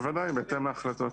בוודאי, בהתאם להחלטות.